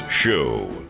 Show